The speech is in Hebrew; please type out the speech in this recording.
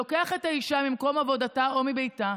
לוקח את האישה ממקום עבודתה או מביתה,